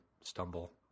stumble